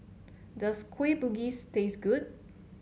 does Kueh Bugis taste good